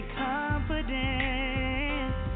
confidence